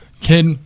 kid